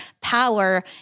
power